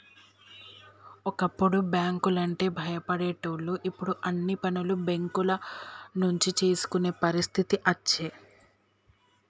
ఒకప్పుడు బ్యాంకు లంటే భయపడేటోళ్లు ఇప్పుడు అన్ని పనులు బేంకుల నుంచే చేసుకునే పరిస్థితి అచ్చే